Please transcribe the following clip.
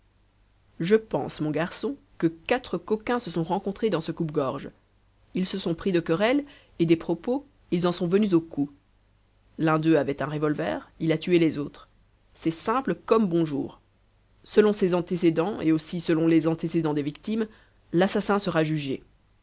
je pense mon garçon que quatre coquins se sont rencontrés dans ce coupe-gorge ils se sont pris de querelle et des propos ils en sont venus aux coups l'un d'eux avait un revolver il a tué les autres c'est simple comme bonjour selon ses antécédents et aussi selon les antécédents des victimes l'assassin sera jugé